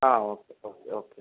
ആ okay okay okay എന്നാൽ